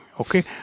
okay